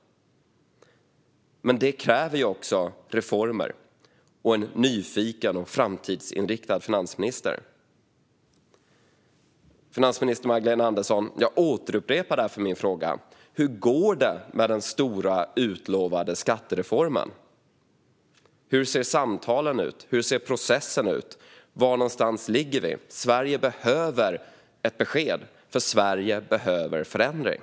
Men detta kräver reformer och en nyfiken och framtidsinriktad finansminister. Jag återupprepar därför min fråga till finansminister Magdalena Andersson: Hur går det med den stora utlovade skattereformen? Hur ser samtalen ut? Hur ser processen ut? Var ligger vi? Sverige behöver ett besked, för Sverige behöver förändring.